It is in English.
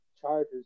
Chargers